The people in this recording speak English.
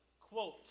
quote